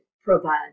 provide